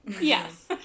Yes